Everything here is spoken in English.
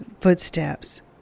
footsteps